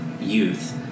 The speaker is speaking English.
youth